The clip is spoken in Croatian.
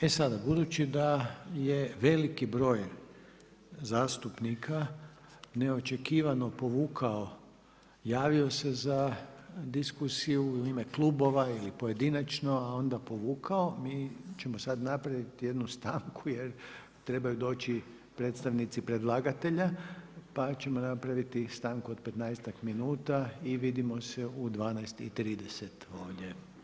E sada, budući da je veliki broj zastupnika neočekivano povukao, javio se za diskusiju u ime klubova ili pojedinačno a onda povukao, mi ćemo sada napraviti jednu stanku jer trebaju doći predstavnici predlagatelja pa ćemo napraviti stanku od 15-ak minuta i vidimo se u 12,30 ovdje.